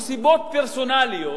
ומסיבות פרסונליות